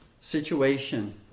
situation